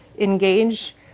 Engage